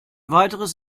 weiteres